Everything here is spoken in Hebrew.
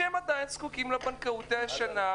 שעדיין זקוקים לבנקאות הישנה,